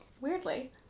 Weirdly